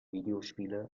videospiele